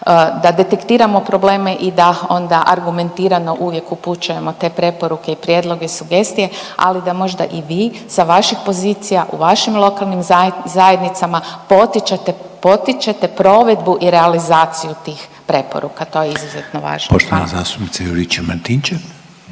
da detektiramo probleme i da onda argumentirano uvijek upućujemo te preporuke i prijedloge i sugestije, ali da možda i vi sa vaših pozicija u vašim lokalnim zajednicama potičete, potičete provedbu i realizaciju tih preporuka. To je izuzetno važno. Hvala. **Reiner,